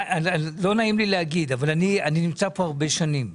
לא נעים לי להגיד אבל אני נמצא פה שנים רבות.